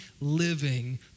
living